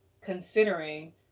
considering